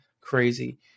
crazy